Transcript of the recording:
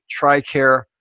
TRICARE